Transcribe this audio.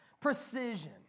precision